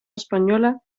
española